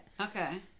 Okay